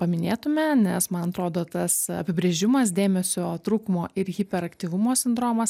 paminėtume nes man atrodo tas apibrėžimas dėmesio trūkumo ir hiperaktyvumo sindromas